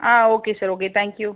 ah okay sir okay thank you